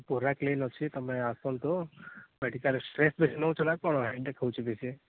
ପୂରା କ୍ଲିନ୍ ଅଛି ତୁମେ ଆସନ୍ତୁ ମେଡ଼ିକାଲ୍ ଷ୍ଟ୍ରେସ୍ ବେଶି ନେଉଛ ନା କ'ଣ ହେଡ଼ାକ୍ ହେଉଛି ବେଶି